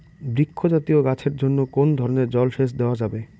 বৃক্ষ জাতীয় গাছের জন্য কোন ধরণের জল সেচ দেওয়া যাবে?